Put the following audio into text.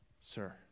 Sir